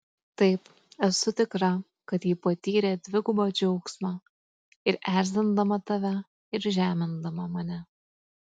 taip esu tikra kad ji patyrė dvigubą džiaugsmą ir erzindama tave ir žemindama mane